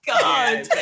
God